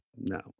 no